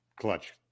Clutch –